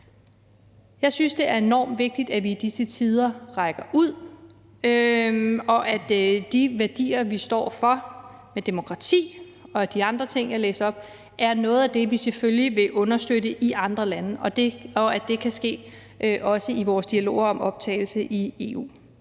Jeg synes, det er enormt vigtigt, at vi i disse tider rækker ud, og at de værdier, vi står for med demokrati og de andre ting, jeg læste op, er noget af det, vi selvfølgelig vil understøtte i andre lande, og at det også kan ske i vores dialoger om optagelse i EU.